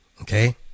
okay